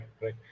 right